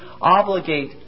obligate